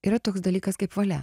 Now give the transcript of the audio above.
yra toks dalykas kaip valia